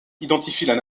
identifient